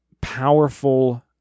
powerful